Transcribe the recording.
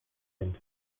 zen